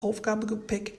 aufgabegepäck